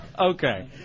Okay